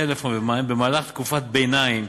טלפון ומים במהלך תקופת ביניים